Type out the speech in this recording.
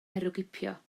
herwgipio